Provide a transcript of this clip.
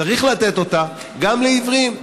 צריך לתת אותה גם לעיוורים.